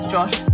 Josh